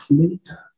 later